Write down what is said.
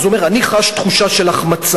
הוא אומר: אני חש תחושה של החמצה.